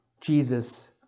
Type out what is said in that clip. Jesus